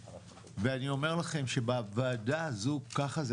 ואני אומר לכם שבוועדה הזאת ככה זה